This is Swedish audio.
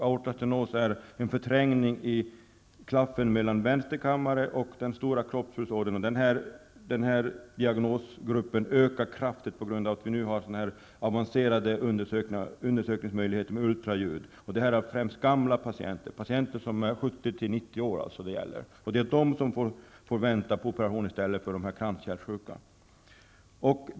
Aortastenos är en förträngning i klaffen mellan vänster kammare och den stora kroppspulsådern. Denna diagnosgrupp ökar kraftigt på grund av att vi nu har avancerade undersökningsmöjligheter med ultraljud. Det gäller främst patienter som är 70--90 år gamla. Det är de som får vänta på operation i stället för de kranskärlssjuka.